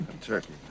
turkey